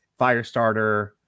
Firestarter